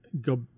go